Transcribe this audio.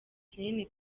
kinini